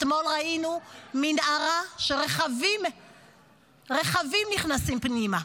אתמול ראינו מנהרה שרכבים נכנסים בה פנימה.